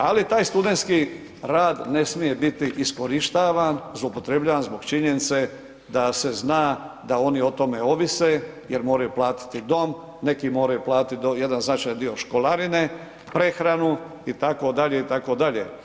Ali, taj studentski rad ne smije bit iskorištavan, zloupotrebljavan zbog činjenice da se zna da oni o tome ovise jer moraju platiti dom, neki moraju platiti jedan značajan dio školarine, prehranu, itd., itd.